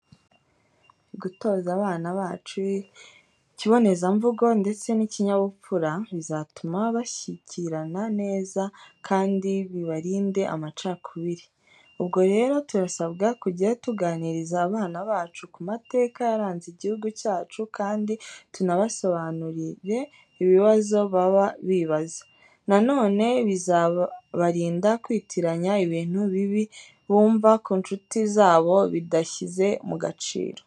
Gutoza abana bacu ikibonezamvugo ndetse n'ikinyabupfura, bizatuma bashyikirana neza kandi bibarinde amacakubiri. Ubwo rero turasabwa kujya tuganiriza abana bacu ku mateka yaranze igihugu cyacu kandi tunabasobanurire ibibazo baba bibaza. Nanone bizabarinda kwitiranya ibintu bibi bumva ku ncuti zabo bidashyize mu gaciro.